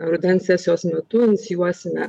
rudens sesijos metu inicijuosime